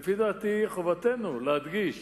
לפי דעתי, חובתנו להדגיש